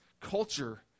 culture